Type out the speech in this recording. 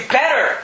better